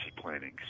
planning